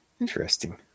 Interesting